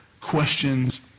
questions